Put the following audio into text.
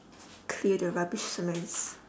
clear the rubbish mess